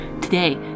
Today